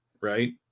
right